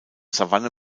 savanne